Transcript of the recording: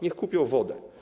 Niech kupią wodę.